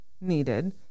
needed